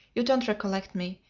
you don't recollect me.